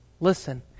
Listen